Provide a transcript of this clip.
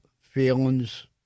feelings